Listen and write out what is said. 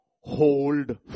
Hold